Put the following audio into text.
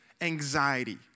anxiety